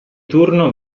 turno